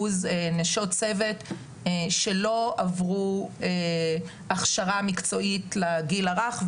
נשות צוות שלא עברו הכשרה מקצועית לגיל הרך,